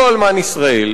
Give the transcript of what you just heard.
לא אלמן ישראל,